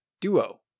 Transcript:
duo